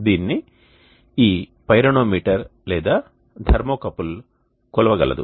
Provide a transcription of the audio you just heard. దీనిని ఈ పైరోనోమీటర్ లేదా థర్మో కపుల్ కొలవగలదు